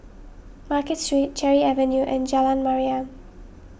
Market Street Cherry Avenue and Jalan Mariam